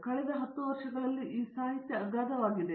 ಕಳೆದ 10 ವರ್ಷಗಳಲ್ಲಿ ಈ ಸಾಹಿತ್ಯ ಅಗಾಧವಾಗಿದೆ